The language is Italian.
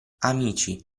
amici